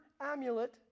amulet